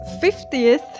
fiftieth